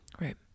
Right